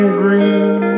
green